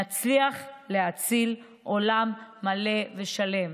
נצליח להציל עולם מלא ושלם.